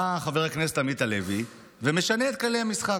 בא חבר הכנסת עמית הלוי ומשנה את כללי המשחק.